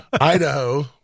Idaho